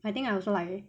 I think I also like eh